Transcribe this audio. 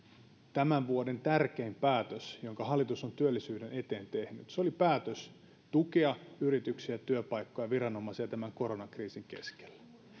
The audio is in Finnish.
tämän vuoden tärkein päätös jonka hallitus on työllisyyden eteen tehnyt niin se oli päätös tukea yrityksiä työpaikkoja viranomaisia tämän koronakriisin keskellä